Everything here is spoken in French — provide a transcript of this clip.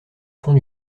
fond